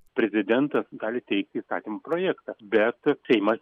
prezidentas gali teikti įstatymo projektą bet seimas